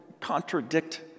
contradict